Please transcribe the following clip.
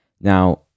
Now